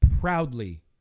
proudly